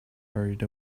hurried